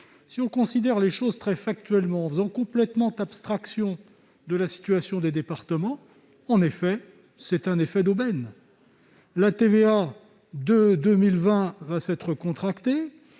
si l'on considère les choses très factuellement, en faisant complètement abstraction de la situation des départements, il y a bien un effet d'aubaine, la TVA de 2020 étant contractée.